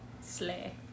Slay